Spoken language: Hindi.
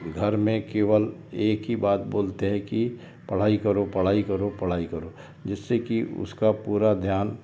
घर में केवल एक ही बात बोलते हैं कि पढ़ाई करो पढ़ाई करो पढ़ाई करो जिससे की उसका पूरा ध्यान